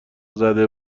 زده